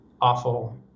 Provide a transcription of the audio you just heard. awful